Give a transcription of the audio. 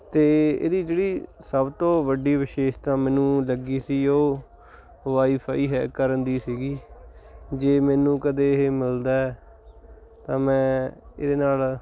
ਅਤੇ ਇਹਦੀ ਜਿਹੜੀ ਸਭ ਤੋਂ ਵੱਡੀ ਵਿਸ਼ੇਸਤਾ ਮੈਨੂੰ ਲੱਗੀ ਸੀ ਉਹ ਵਾਈਫਾਈ ਹੈਕ ਕਰਨ ਦੀ ਸੀਗੀ ਜੇ ਮੈਨੂੰ ਕਦੇ ਇਹ ਮਿਲਦਾ ਹੈ ਤਾਂ ਮੈਂ ਇਹਦੇ ਨਾਲ